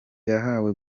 yahawe